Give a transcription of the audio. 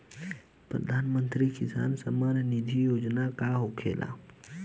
प्रधानमंत्री किसान सम्मान निधि योजना का होखेला?